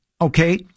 okay